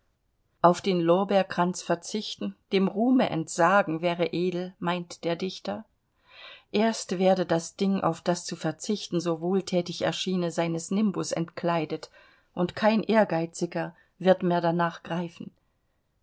auf den lorbeerkranz verzichten dem ruhme entsagen wäre edel meint der dichter erst werde das ding auf das zu verzichten so wohlthätig erschiene seines nimbus entkleidet und kein ehrgeiziger wird mehr darnach greifen